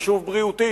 חשוב בריאותית,